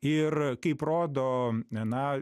ir kaip rodo na